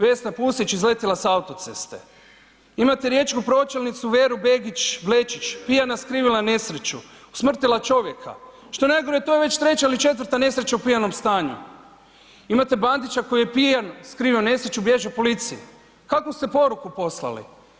Vesna Pusić izletila sa auto ceste, imate riječku pročelnicu Veru Begić Blečić pijana skrivila nesreću, usmrtila čovjeka, što je najgore to je već treća ili četvrta nesreća u pijanom stanju, imate Bandića koji je pijan skrivio nesreću, bježi od policije, kakvu ste poruku poslali?